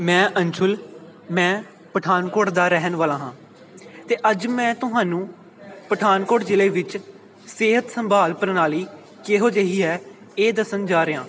ਮੈਂ ਅੰਸ਼ੁਲ ਮੈਂ ਪਠਾਨਕੋਟ ਦਾ ਰਹਿਣ ਵਾਲਾ ਹਾਂ ਅਤੇ ਅੱਜ ਮੈਂ ਤੁਹਾਨੂੰ ਪਠਾਨਕੋਟ ਜ਼ਿਲ੍ਹੇ ਵਿੱਚ ਸਿਹਤ ਸੰਭਾਲ ਪ੍ਰਣਾਲੀ ਕਿਹੋ ਜਿਹੀ ਹੈ ਇਹ ਦੱਸਣ ਜਾ ਰਿਹਾ